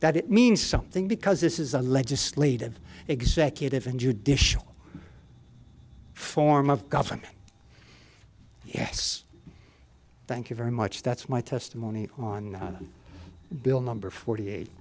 that it means something because this is a legislative executive and judicial form of government yes thank you very much that's my testimony on bill number forty eight